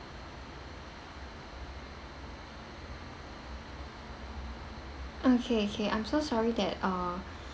okay okay I'm so sorry that uh